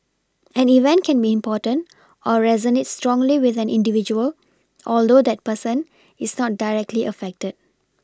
an event can be important or resonate strongly with an individual although that person is not directly affected